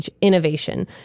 innovation